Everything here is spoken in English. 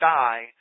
die